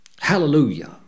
Hallelujah